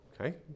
okay